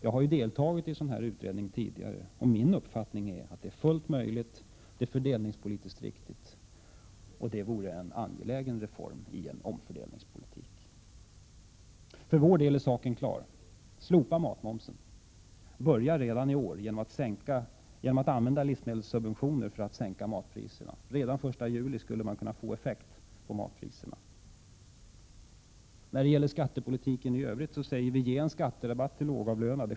Jag har ju deltagit i en sådan utredning tidigare, och min uppfattning är att det är fullt möjligt och fördelningspolitiskt riktigt. Detta vore en angelägen reform i en omfördelningspolitik. För vår del är saken klar. Slopa matmomsen! Börja redan i år genom att använda livsmedelssubventioner för att sänka matpriserna. Redan den 1 juli skulle detta kunna ge effekt på matpriserna. När det gäller skattepolitiken i övrigt säger vi: Ge en skatterabatt till lågavlönade.